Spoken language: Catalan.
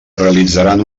realitzaran